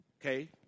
okay